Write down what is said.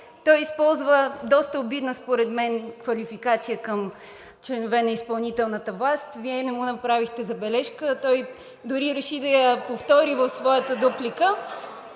Той използва доста обидна според мен квалификация към членове на изпълнителната власт и Вие не му направихте забележка, той дори реши да я повтори в своята дуплика.